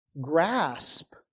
grasp